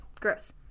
Gross